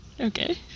okay